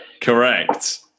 Correct